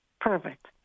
Perfect